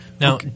Now